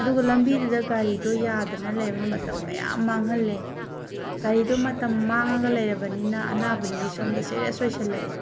ꯑꯗꯨꯒ ꯂꯝꯕꯤꯗꯨꯗ ꯒꯥꯔꯤꯗꯣ ꯌꯥꯗꯗꯅ ꯂꯩꯔꯕꯅꯤꯅ ꯃꯇꯝ ꯀꯌꯥꯝ ꯃꯥꯡꯍꯜꯂꯦ ꯒꯥꯔꯤꯗꯣ ꯃꯇꯝ ꯃꯥꯡꯉꯒ ꯂꯩꯔꯕꯅꯤꯅ ꯑꯅꯥꯕꯗꯨꯗꯤ ꯁꯣꯝꯗ ꯁꯦꯔꯤꯌꯁ ꯑꯣꯏꯁꯤꯜꯂꯛꯑꯦ